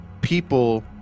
people